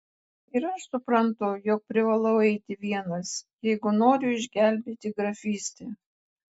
ir aš suprantu jog privalau eiti vienas jeigu noriu išgelbėti grafystę